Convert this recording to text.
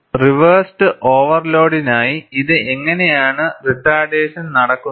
reversed ഓവർലോഡിനായി ഇത് എങ്ങനെയാണ് റിട്ടാർഡേഷൻ നടക്കുന്നത്